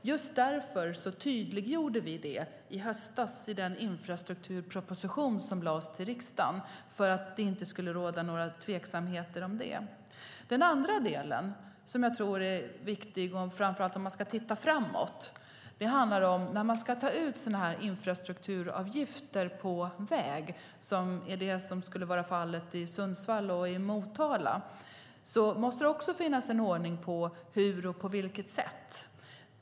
Just därför tydliggjorde vi detta i höstas i den infrastrukturproposition som lades fram till riksdagen - för att det inte skulle råda några tveksamheter. Den andra delen, som jag tror är viktig framför allt om man ska titta framåt, handlar om vad som gäller när man ska ta ut infrastrukturavgifter på väg, vilket är det som skulle vara fallet i Sundsvall och i Motala. Då måste det finnas en ordning i hur och på vilket sätt man gör det.